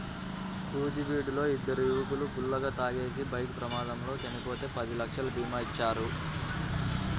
నూజివీడులో ఇద్దరు యువకులు ఫుల్లుగా తాగేసి బైక్ ప్రమాదంలో చనిపోతే పది లక్షల భీమా ఇచ్చారు